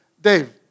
Dave